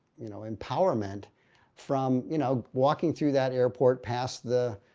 you know, empowerment from you know walking through that airport past the